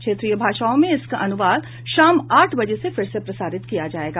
क्षेत्रीय भाषाओं में इसका अनुवाद शाम आठ बजे फिर से प्रसारित किया जायेगा